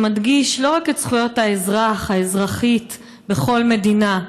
שמדגיש לא רק את זכויות האזרח והאזרחית בכל מדינה,